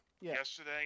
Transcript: yesterday